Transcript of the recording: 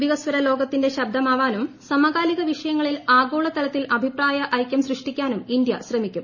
വികസ്വര ലോകത്തിന്റെ ശബ്ദമാവാനും സമകാലിക വിഷയങ്ങളിൽ ആഗോളതലത്തിൽ അഭിപ്രായ ഐക്യം സൃഷ്ടിക്കാനും ഇന്ത്യ ശ്രമിക്കും